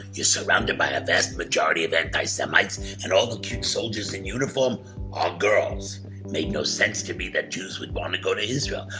you're surrounded by a vast majority of the anti-semites and all the cute soldiers in uniform are girls made no sense to me that jews would want to go to israel.